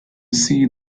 see